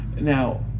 now